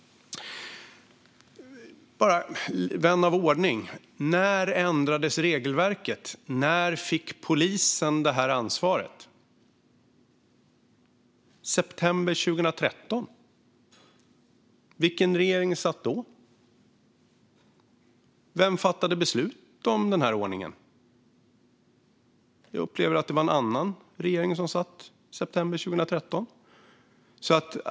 Vän av ordning - när ändrades regelverket? När fick polisen det här ansvaret? I september 2013. Vilken regering satt då? Vem fattade beslut om den här ordningen? Jag upplever att det var en annan regering som satt i september 2013.